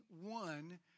one